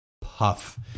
puff